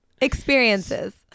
experiences